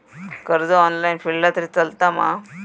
कर्ज ऑनलाइन फेडला तरी चलता मा?